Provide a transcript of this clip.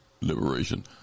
liberation